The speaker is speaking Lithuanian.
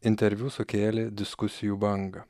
interviu sukėlė diskusijų bangą